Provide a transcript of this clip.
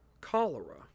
cholera